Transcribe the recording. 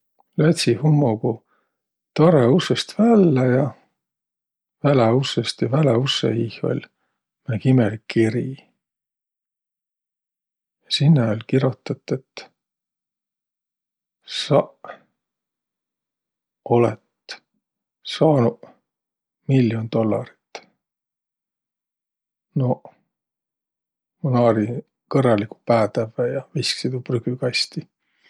Lätsi hummogu tarõ ussõst vällä ja, väläussõst, ja väläussõ iih oll' määnegi imelik kiri. Ja sinnäq oll' kirotõt, et saq olõt saanuq mill'on dollarit. Noq, ma naari kõrraligu päätävve ja visksi tuu prügükasti.